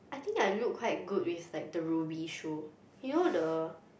I think I look quite good with like the Rubi shoe you know the